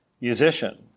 musician